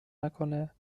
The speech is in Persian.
نکنه